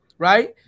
right